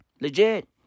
Legit